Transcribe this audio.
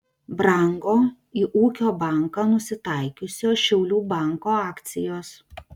brango į ūkio banką nusitaikiusio šiaulių banko akcijos